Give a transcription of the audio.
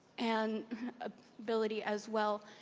and ability as well,